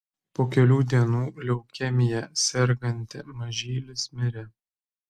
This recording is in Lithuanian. po kelių dienų leukemija serganti mažylis mirė